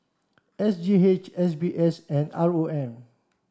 S G H S B S and R O M